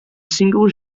single